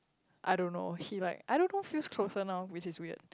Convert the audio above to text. I don't know he like I don't know feels closer now which is weird